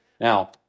Now